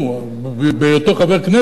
בהיותו חבר כנסת,